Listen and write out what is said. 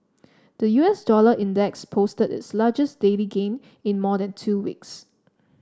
the U S dollar index posted its largest daily gain in more than two weeks